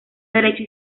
derecho